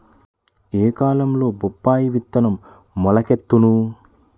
ఏ కాలంలో బొప్పాయి విత్తనం మొలకెత్తును?